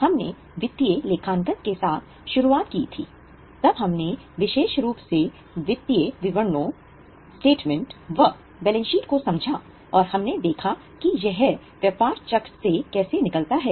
हमने वित्तीय लेखांकन के साथ शुरुआत की थी तब हमने विशेष रूप से वित्तीय विवरणोंस्टेटमेंट व बैलेंस शीट को समझा और हमने देखा कि यह व्यापार चक्र से कैसे निकलता है